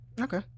okay